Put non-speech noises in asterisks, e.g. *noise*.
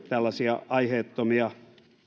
*unintelligible* tällaisia aiheettomia